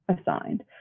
assigned